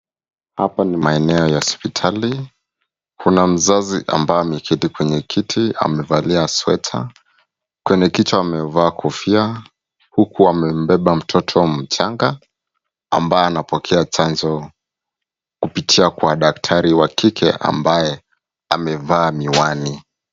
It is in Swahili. Hapa ni maeneo ya hospitali. Kuna mzazi ambaye ameketi kwenye kiti amevalia sweta , kwenye kichwa amevaa kofia huku amembeba mtoto mchanga ambaye anapokea chanjo kupitia kwa daktari wa kike ambaye amevaa miwani.